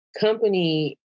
company